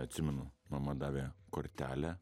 atsimenu mama davė kortelę